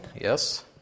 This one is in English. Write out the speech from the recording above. yes